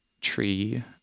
Tree